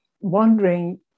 wondering